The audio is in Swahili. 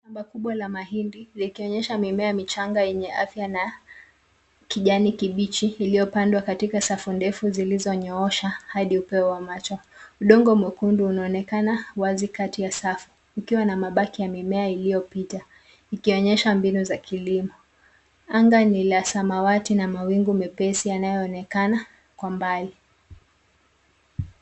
Shamba kubwa la mahindi likionyesha mimea michanga yenye afya na kijani kibichi; iliyopandwa katika safu ndefu zilizonyoosha hadi upeo wa macho. Udongo mwekundu unaonekana wazi kati ya safu ukiwa na mabaki ya mimea iliyopita, ikionyesha mbinu za kilimo. Anga ni la samawati na mawingu mepesi yanayoonekana kwa mbali.